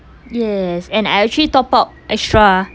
yes and I actually top up extra